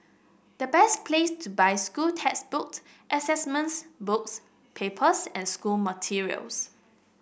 the best place to buy school textbooks assessments books papers and school materials